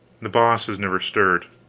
the boss has never stirred